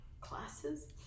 Classes